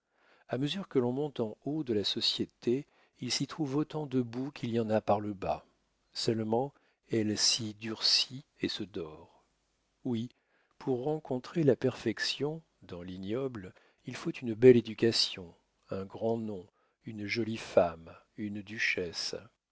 a mesure que l'on monte en haut de la société il s'y trouve autant de boue qu'il y en a par le bas seulement elle s'y durcit et se dore oui pour rencontrer la perfection dans l'ignoble il faut une belle éducation un grand nom une jolie femme une duchesse